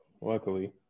luckily